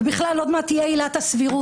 ובכלל עוד מעט תהיה עילת הסבירות.